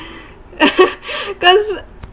cause